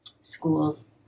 schools